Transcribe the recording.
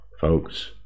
folks